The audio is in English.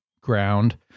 ground